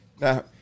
Now